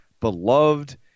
beloved